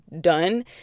done